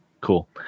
Cool